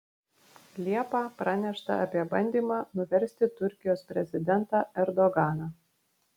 liepą pranešta apie bandymą nuversti turkijos prezidentą erdoganą